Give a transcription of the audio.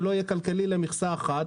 שלא יהיה כלכלי למכסה אחת,